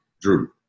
Drew